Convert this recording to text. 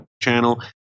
channel